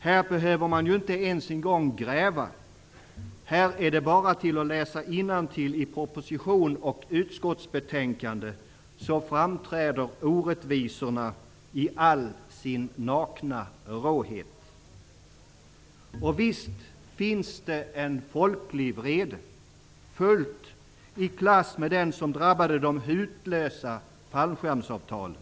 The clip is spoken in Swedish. Här behöver man ju inte ens en gång gräva, utan det är bara att läsa innantill i proposition och utskottsbetänkande så framträder orättvisorna i all sin nakna råhet. Visst finns det en folklig vrede, fullt i klass med den som drabbade de hutlösa fallskärmsavtalen.